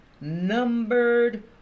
numbered